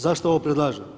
Zašto ovo predlažem?